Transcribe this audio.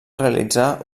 realitzar